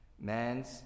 Man's